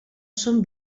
són